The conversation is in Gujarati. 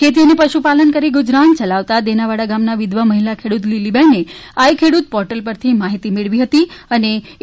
ખેતી અને પશુપાલન કરી ગુજરાન ચલાવતા દેનાવાડા ગામના વિધવા મહિલા ખેડૂત લીલીબેને આઇ ખેડૂત પોર્ટલ પરથી માહિતી મેળવી હતી અને એ